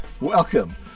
Welcome